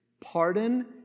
pardon